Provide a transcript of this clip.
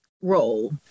role